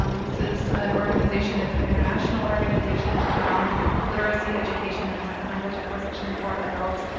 um this is an organization, it's an international organization around literacy education and second language acquisition for adults.